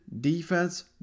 defense